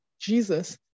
Jesus